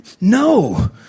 no